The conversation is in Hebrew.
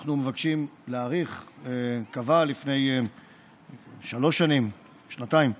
שאנחנו מבקשים להאריך קבע לפני שלוש שנים, שנתיים,